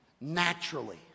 Naturally